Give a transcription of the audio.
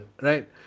right